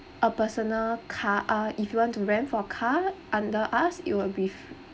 a personal car uh if you want to rent for car under us it would be